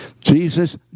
Jesus